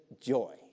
joy